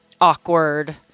awkward